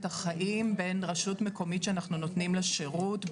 החיים בין רשות מקומית שאנחנו נותנים לה שירות,